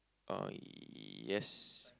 uh yes